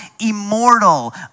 immortal